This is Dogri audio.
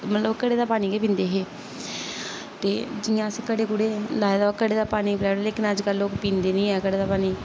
मतलब घड़े दा पानी गै पींदे हे ते जियां अस घड़े घूड़े दा पानी पिलाई ओड़ो लेकिन अज्जकल लोक पींदे नेईं ऐ घड़े दा पानी